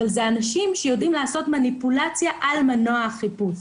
אבל זה אנשים שיודעים לעשות מניפולציה על מנוע החיפוש.